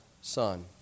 son